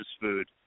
food